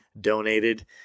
donated